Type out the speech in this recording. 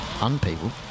unpeople